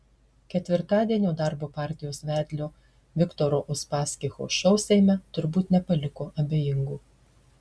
ketvirtadienio darbo partijos vedlio viktoro uspaskicho šou seime turbūt nepaliko abejingų